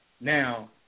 Now